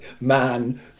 man